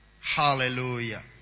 Hallelujah